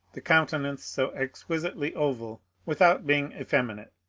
the countenance so exquisitely oval without being effeminate,